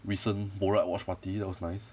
recent borat watch party that was nice